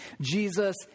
Jesus